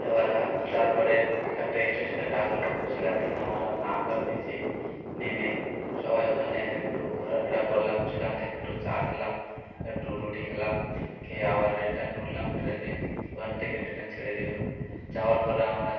এ বার তারপরে একটা স্টেশনে রাখল সেখান থেকে আমরা নামলাম নিচে নেমে সবাই ওখানে একটু ঘোরাফেরা করলাম সেখান থেকে একটু চা খেলাম একটু রুটি খেলাম খেয়ে আবার রিটার্ন উঠলাম ট্রেনে ওখান থেকে ট্রেন ছেড়ে দিল যাওয়ার পরে আমরা